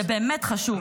זה באמת חשוב.